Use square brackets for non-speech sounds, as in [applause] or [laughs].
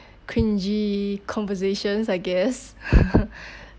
cringey conversations I guess [laughs]